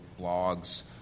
blogs